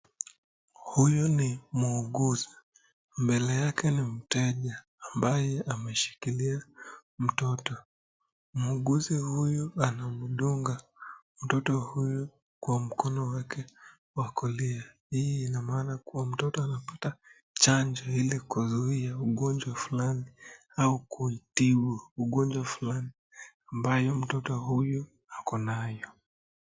Huyu ni muuguzi, mbele yake ni mteja ambaye ameshikilia mtoto. Muuguzi huyu anamdunga mtoto huyu kwa mkono wake wa kulia. Hii ina maana kuwa mtoto anapata chanjo, ili kuzuia ugonjwa fulani au kutibu ugonjwa fulani ambayo mtoto huyu ako nayo.